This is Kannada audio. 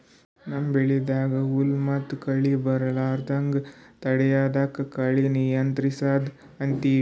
ನಮ್ಮ್ ಬೆಳಿದಾಗ್ ಹುಲ್ಲ್ ಮತ್ತ್ ಕಳಿ ಬರಲಾರದಂಗ್ ತಡಯದಕ್ಕ್ ಕಳಿ ನಿಯಂತ್ರಸದ್ ಅಂತೀವಿ